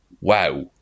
Wow